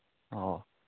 ꯑꯣ